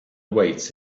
awaits